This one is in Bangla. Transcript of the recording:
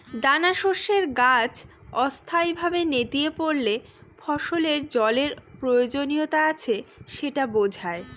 দানাশস্যের গাছ অস্থায়ীভাবে নেতিয়ে পড়লে ফসলের জলের প্রয়োজনীয়তা আছে সেটা বোঝায়